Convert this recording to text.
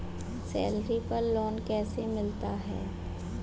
Salary पर loan कैसे मिलता है?